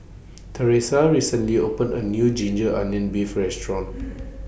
Theresa recently opened A New Ginger Onions Beef Restaurant